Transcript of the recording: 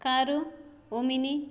car omni